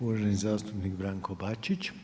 Uvaženi zastupnik Branko Bačić.